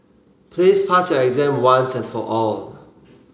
please pass your exam once and for all